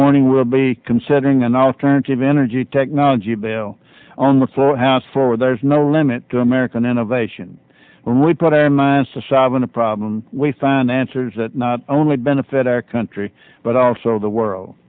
morning we'll be considering an alternative energy technology bail on with full house forward there's no limit to american innovation when we put our minds to solving a problem we find answers that not only benefit our country but also the world